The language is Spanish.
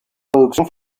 producción